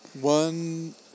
one